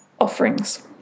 offerings